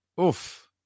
oof